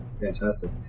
Fantastic